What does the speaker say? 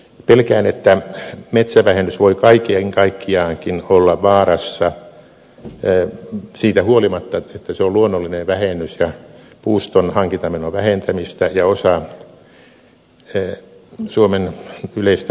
pelkään että metsävähennys voi kaiken kaikkiaankin olla vaarassa siitä huolimatta että se on luonnollinen vähennys ja puuston hankintamenon vähentämistä ja osa suomen yleistä verojärjestelmää sillä tavalla